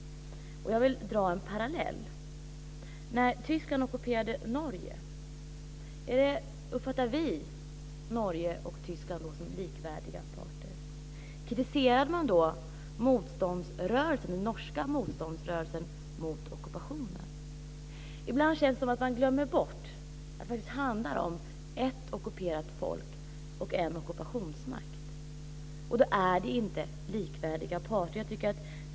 Jag vill dra en parallell. När Tyskland ockuperade Norge, betraktade vi då Tyskland och Norge som likvärdiga parter? Kritiserade man då den norska motståndsrörelsen för dess arbete mot ockupationen? Ibland känns det som att man glömmer bort att det handlar om ett ockuperat folk och en ockupationsmakt. Det rör sig inte om likvärdiga parter.